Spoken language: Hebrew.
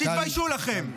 הכסף צומח על העצים.